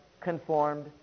conformed